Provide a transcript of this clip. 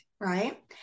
right